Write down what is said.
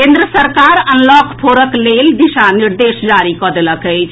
केंद्र सरकार अनलॉक फोरक लेल दिशा निर्देश जारी कऽ देलक अछि